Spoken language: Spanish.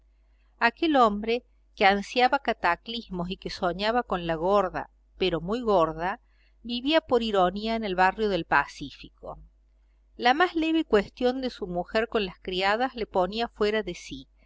aquel hombre que ansiaba cataclismos y que soñaba con la gorda pero muy gorda vivía por ironía en el barrio del pacífico la más leve cuestión de su mujer con las criadas le ponía fuera de sí